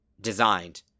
designed